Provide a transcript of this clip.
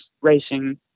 racing